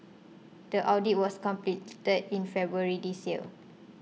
the audit was completed in February this year